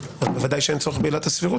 ודאי שאין צורך בעילת הסבירות.